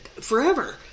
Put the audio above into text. forever